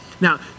Now